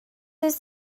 wyt